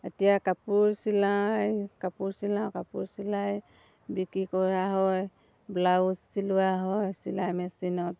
এতিয়া কাপোৰ চিলাই কাপোৰ চিলাওঁ কাপোৰ চিলাই বিক্ৰী কৰা হয় ব্লাউজ চিলোৱা হয় চিলাই মেচিনত